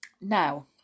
Now